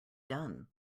done